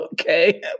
okay